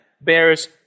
bears